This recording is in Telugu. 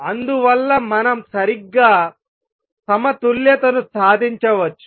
అందువల్ల మనం సరిగ్గా సమతుల్యతను సాధించవచ్చు